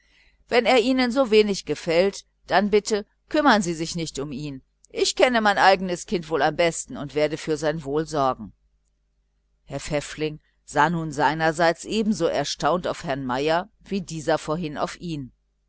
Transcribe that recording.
wenn er ihnen so wenig gefällt dann bitte kümmern sie sich nicht um ihn ich kenne mein eigenes kind wohl am besten und werde für sein wohl sorgen herr pfäffling sah nun seinerseits ebenso erstaunt auf herrn meier wie dieser vorher auf ihn